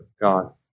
God